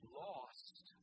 lost